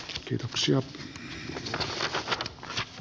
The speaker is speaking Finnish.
kiitoksia l